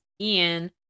ian